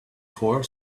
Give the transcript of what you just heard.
choir